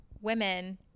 women